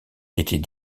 était